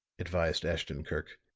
advised ashton-kirk.